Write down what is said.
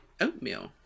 oatmeal